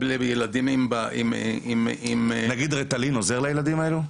נגיד, "ריטלין" עוזר לילדים האלה?